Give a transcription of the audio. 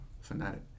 fanatic